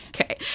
okay